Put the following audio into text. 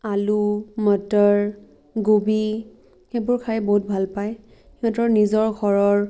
আলু মটৰ গোবী সেইবোৰ খাই বহুত ভাল পায় সিহঁতৰ নিজৰ ঘৰৰ